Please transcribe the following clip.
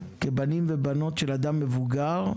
כבנים ובנות של אדם מבוגר,